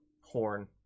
horn